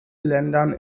ländern